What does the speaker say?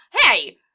Hey